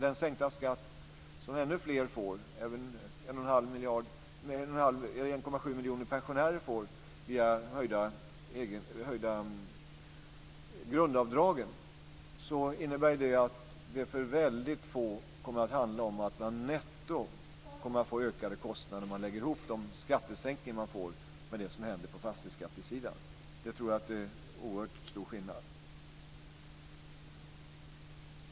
Dessutom får ännu fler, 1,7 miljoner pensionärer, en skattesänkning genom en höjning av grundavdraget. Därmed kommer det att bli ökade kostnader netto för mycket få personer, om man lägger ihop skattesänkningen med det som händer på fastighetsskattesidan. Det gör en oerhört stor skillnad.